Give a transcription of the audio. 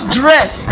dress